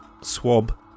swab